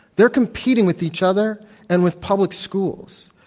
they're competing with each other and with public schools.